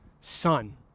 son